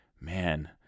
Man